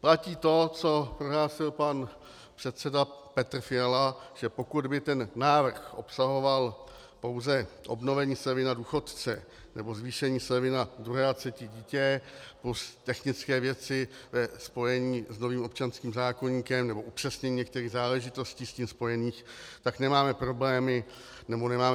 Platí to, co prohlásil pan předseda Petr Fiala, že pokud by návrh obsahoval pouze obnovení slevy na důchodce nebo zvýšení slevy na druhé a třetí dítě plus technické věci ve spojení s novým občanským zákoníkem nebo upřesněním některých záležitostí s tím spojených, tak nemáme